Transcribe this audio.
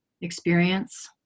experience